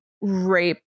rape